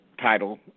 title